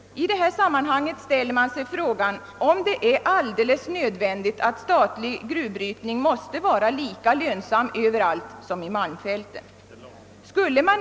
I detta sammanhang ställer man sig frågan om det är nödvändigt att statlig gruvbrytning måste vara lika lönsam överallt som i malmfälten.